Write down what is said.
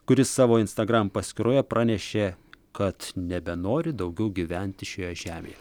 kuris savo instagram paskyroje pranešė kad nebenori daugiau gyventi šioje žemėje